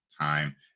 time